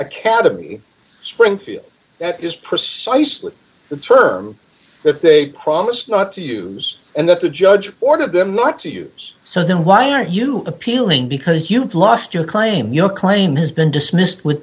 academy in springfield that is precisely the term that they promised not to use and that the judge ordered them not to use so then why are you appealing because you lost your claim your claim has been dismissed with